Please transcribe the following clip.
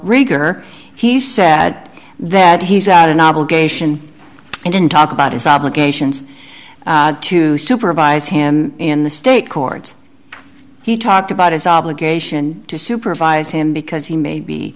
rieger he said that he's out an obligation and didn't talk about his obligations to supervise him in the state courts he talked about his obligation to supervise him because he may be